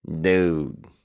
dude